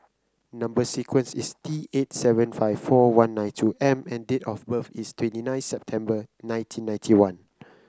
number sequence is T eight seven five four one nine two M and date of birth is twenty nine September nineteen ninety one